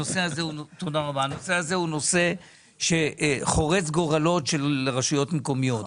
הנושא הזה הוא נושא שחורץ גורלות של רשויות מקומיות.